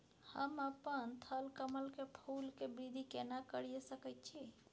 हम अपन थलकमल के फूल के वृद्धि केना करिये सकेत छी?